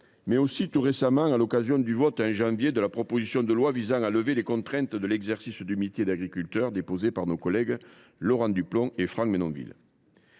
fait tout récemment à l’occasion du vote, en janvier dernier, de la proposition de loi visant à lever les contraintes à l’exercice du métier d’agriculteur, déposée par nos collègues Laurent Duplomb et Franck Menonville.